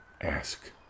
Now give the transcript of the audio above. Ask